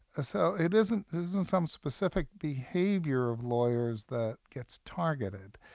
ah so it isn't isn't some specific behaviour of lawyers that gets targeted.